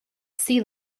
sea